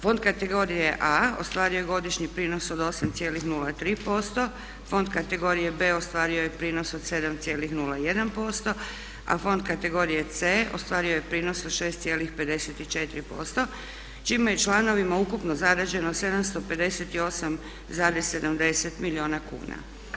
Fond kategorije A ostvario je godišnji prinos od 8,03%, fond kategorije B ostvario je prinos od 7,01% a fond kategorije C ostvario je prinos od 6,54% čime je članovima ukupno zarađeno 758,70 milijuna kuna.